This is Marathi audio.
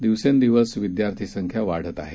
दिवसेंदिवसविद्यार्थीसंख्यावाढतआहे